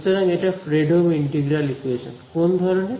সুতরাং এটা Fredholm integral equation কোন ধরনের